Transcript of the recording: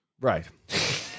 right